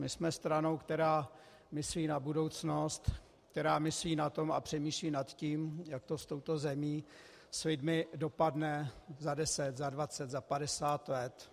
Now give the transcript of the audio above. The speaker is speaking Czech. My jsme stranou, která myslí na budoucnost, která myslí na to a přemýšlí nad tím, jak to s touto zemí, s lidmi dopadne za 10, za 20, za 50 let.